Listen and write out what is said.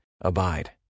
Abide